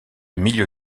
milieu